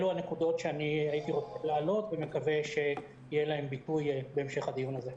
אלו הנקודות שרציתי להעלות ואני מקווה שיהיה להן ביטוי בהמשך הדיון הזה.